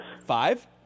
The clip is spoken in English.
Five